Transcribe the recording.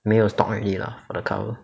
没有 stock already lah for the cover